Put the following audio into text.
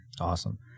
Awesome